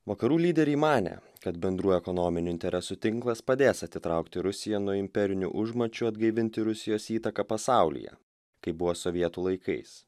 vakarų lyderiai manė kad bendrų ekonominių interesų tinklas padės atitraukti rusiją nuo imperinių užmačių atgaivinti rusijos įtaką pasaulyje kaip buvo sovietų laikais